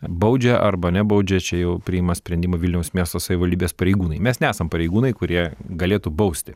baudžia arba nebaudžia čia jau priima sprendimą vilniaus miesto savivaldybės pareigūnai mes nesam pareigūnai kurie galėtų bausti